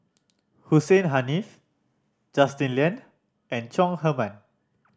Hussein Haniff Justin Lean and Chong Heman